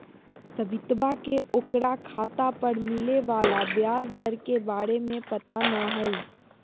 सवितवा के ओकरा खाता पर मिले वाला ब्याज दर के बारे में पता ना हई